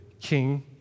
king